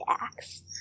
acts